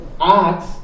Acts